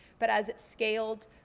but as it scaled,